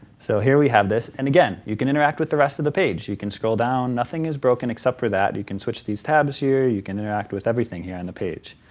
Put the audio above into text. so here we have this, and again you can interact with the rest of the page. you can scroll down, nothing is broken except for that, you can switch these tabs here, you can interact with everything here on and the page.